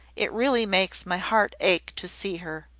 it really makes my heart ache to see her.